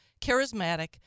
charismatic